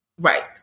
Right